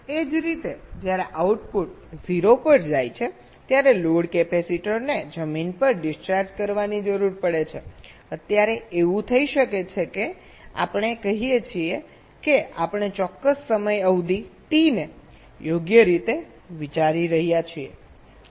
એ જ રીતે જ્યારે આઉટપુટ 0 પર જાય છે ત્યારે લોડ કેપેસિટરને જમીન પર ડિસ્ચાર્જ કરવાની જરૂર પડે છે અત્યારે એવું થઈ શકે છે કે આપણે કહીએ કે આપણે ચોક્કસ સમય અવધિ T ને યોગ્ય રીતે વિચારી રહ્યા છીએ